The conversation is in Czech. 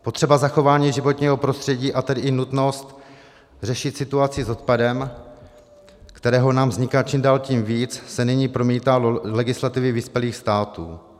Potřeba zachování životního prostředí, a tedy i nutnost řešit situaci s odpadem, kterého nám vzniká čím dál tím víc, se nyní promítá do legislativy vyspělých států.